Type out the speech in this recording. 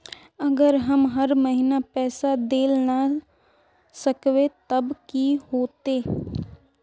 अगर हम हर महीना पैसा देल ला न सकवे तब की होते?